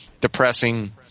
depressing